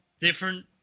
different